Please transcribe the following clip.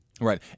Right